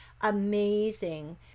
amazing